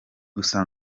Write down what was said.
gusa